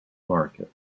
market